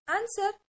Answer